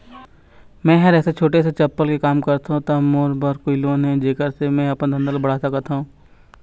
मैं हर ऐसे छोटे से चप्पल के काम करथों ता मोर बर कोई लोन हे जेकर से मैं हा अपन धंधा ला बढ़ा सकाओ?